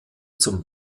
zum